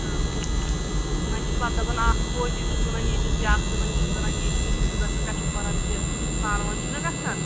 آ وۄنۍ چھُ پتہٕ دپان اکھ ہُہ یہِ چھُ کٕنان ییتِس بیاکھ چھ دپان یہ چھُ کٕنان ییٖتِس یتھ پٲٹھۍ چھُ گژھان کسٹمرن تہ پانہ وٕنۍ چھُ نَہ گژھان